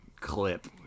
clip